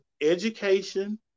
education